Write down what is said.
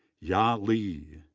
ya li,